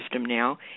now